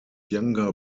younger